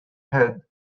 head